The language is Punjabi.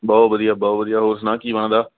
ਬਹੁਤ ਵਧੀਆ ਬਹੁਤ ਵਧੀਆ ਹੋਰ ਸੁਣਾ ਕੀ ਬਣਦਾ